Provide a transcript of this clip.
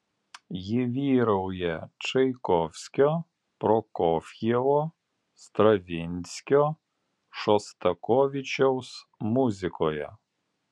ji vyrauja čaikovskio prokofjevo stravinskio šostakovičiaus muzikoje